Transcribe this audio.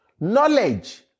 Knowledge